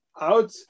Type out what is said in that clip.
out